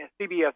CBS